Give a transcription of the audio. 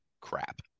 crap